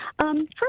First